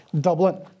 Dublin